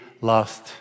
lost